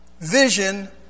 vision